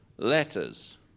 letters